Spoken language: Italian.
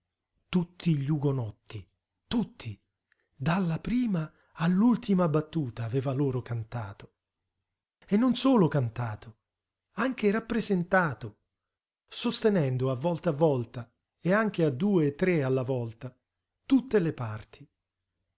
tutti gli ugonotti tutti dalla prima all'ultima battuta aveva loro cantato e non solo cantato anche rappresentato sostenendo a volta a volta e anche a due e tre alla volta tutte le parti